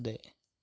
അതെ